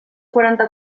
quaranta